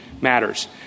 matters